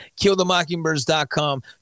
killthemockingbirds.com